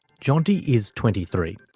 jeanti is twenty three.